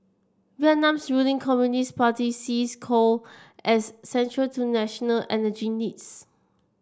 Vietnam's ruling Communist Party sees coal as central to national energy needs